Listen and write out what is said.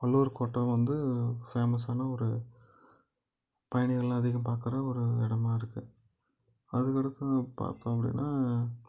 வள்ளுவர் கோட்டம் வந்து ஃபேமஸ்ஸான ஒரு பயணிகள் அதிகம் பார்க்குற ஒரு இடமா இருக்குது அதுக்கு அடுத்தது பார்த்தோம் அப்படினா